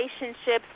Relationships